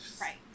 Right